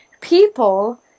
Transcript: people